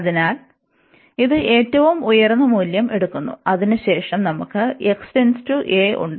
അതിനാൽ ഇത് ഏറ്റവും ഉയർന്ന മൂല്യം എടുക്കും അതിനുശേഷം നമുക്ക് x→a ഉണ്ട്